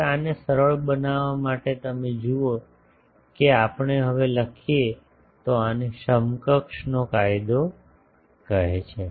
હવે આને સરળ બનાવવા માટે તમે જુઓ કે જો આપણે હવે લખીએ તો આને સમકક્ષ નો કાયદો કહે છે